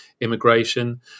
immigration